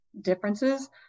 differences